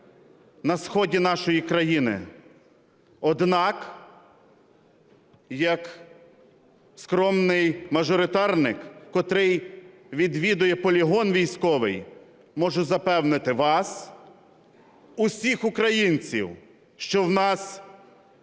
на сході нашої країни. Однак як скромний мажоритарник, котрий відвідує полігон військовий, можу запевнити вас, усіх українців, що в нас